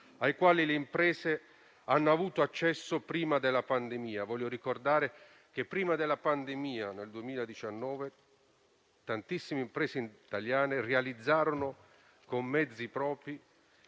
ai quali le imprese hanno avuto accesso prima della pandemia. Voglio ricordare che prima della pandemia, nel 2019, tantissime imprese italiane realizzarono con mezzi propri,